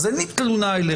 אז אין לי תלונה אליך,